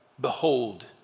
behold